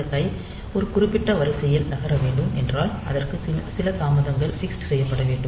இந்த கை ஒரு குறிப்பிட்ட வரிசையில் நகர வேண்டும் என்றால் அதற்கு சில தாமதங்கள் ஃப்க்ஸ்டு செய்யப்பட வேண்டும்